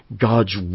God's